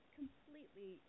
completely